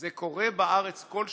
זה קורה בארץ כל שבוע.